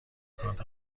کارت